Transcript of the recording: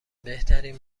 بهترین